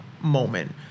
moment